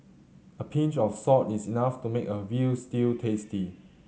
a pinch of salt is enough to make a veal stew tasty